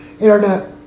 internet